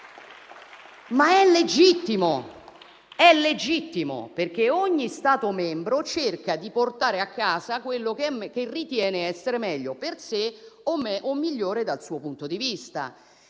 Ma è legittimo. È legittimo perché ogni Stato membro cerca di portare a casa quello che ritiene essere meglio per sé o migliore dal suo punto di vista.